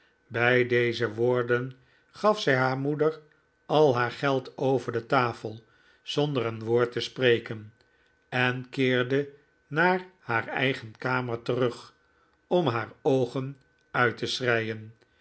bij deze woorden gaf zij haar moeder al haar geld over de tafel zonder een woord te spreken en keerde naar haar eigen kamer terug om haar oogen uit te